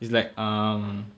it's like um